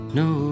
no